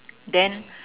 then